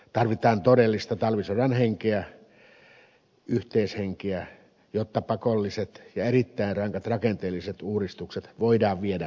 tarvitaan todellista talvisodan henkeä yhteishenkeä jotta pakolliset ja erittäin rankat rakenteelliset uudistukset voidaan viedä läpi